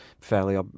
fairly